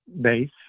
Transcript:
base